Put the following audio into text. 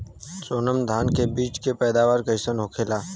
सोनम धान के बिज के पैदावार कइसन होखेला?